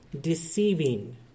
deceiving